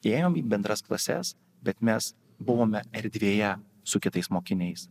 ėjom į bendras klases bet mes buvome erdvėje su kitais mokiniais